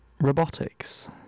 Robotics